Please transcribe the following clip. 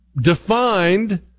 defined